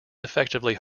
effectively